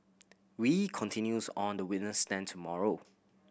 wee continues on the witness stand tomorrow